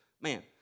Man